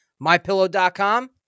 MyPillow.com